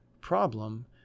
problem